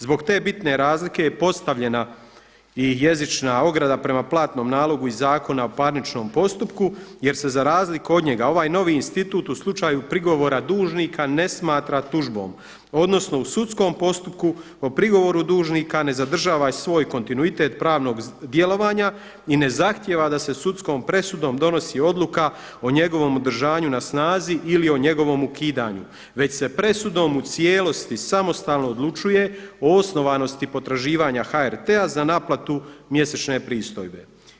Zbog te bitne razlike je postavljena i jezična ograda prema platnom nalogu iz Zakona o parničnom postupku, jer se za razliku od njega ovaj novi institut u slučaju prigovora dužnika ne smatra tužbom, odnosno u sudskom postupku o prigovoru dužnika ne zadržava svoj kontinuitet pravnog djelovanja i ne zahtijeva da se sudskom presudom donosi odluka o njegovom održanju na snazi ili o njegovom ukidanju, već se presudom u cijelosti samostalno odlučuje o osnovanosti potraživanja HRT-a za naplatu mjesečne pristojbe.